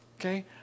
Okay